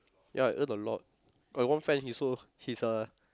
ya earn a lot got one friend he also he's a